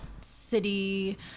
city